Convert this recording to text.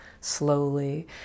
slowly